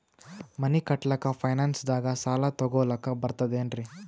ಮನಿ ಕಟ್ಲಕ್ಕ ಫೈನಾನ್ಸ್ ದಾಗ ಸಾಲ ತೊಗೊಲಕ ಬರ್ತದೇನ್ರಿ?